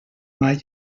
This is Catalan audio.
mai